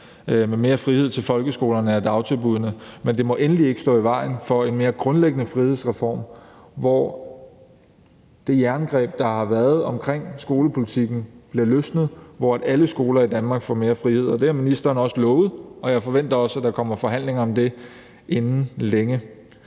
give mere frihed til folkeskolerne og til dagtilbuddene, men det må endelig ikke stå i vejen for en mere grundlæggende frihedsreform, hvor det jerngreb, der har været omkring skolepolitikken, bliver løsnet, og hvor alle skolerne i Danmark får mere frihed. Og det har ministeren også lovet, og jeg forventer også, at der kommer forhandlinger om det inden længe.